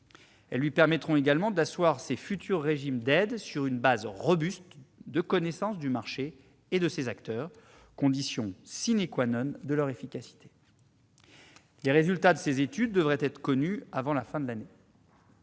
Elles lui permettront également d'asseoir ses futurs régimes d'aides sur une base robuste de connaissance du marché et de ses acteurs, condition de leur efficacité. Leurs résultats devraient être connus avant la fin de l'année.